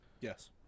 Yes